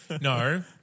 No